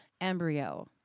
embryo